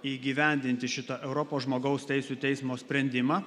įgyvendinti šitą europos žmogaus teisių teismo sprendimą